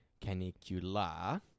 Canicula